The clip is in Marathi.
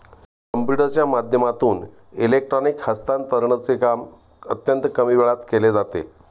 कम्प्युटरच्या माध्यमातून इलेक्ट्रॉनिक हस्तांतरणचे काम अत्यंत कमी वेळात केले जाते